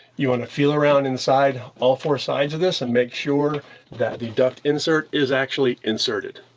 you wanna feel around inside all four sides of this and make sure that the duct insert is actually inserted.